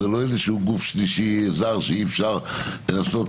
זה לא איזה גוף שלישי זר שאי-אפשר לנסות